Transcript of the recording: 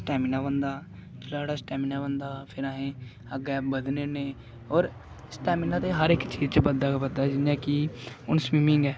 stamina बनदा साढ़ा stamina बनदा फिर असें अग्गें बधने होने होर स्टैमिना ते हर इक चीज च बधदा गै बधदा जि'यां कि हून स्विमिंग ऐ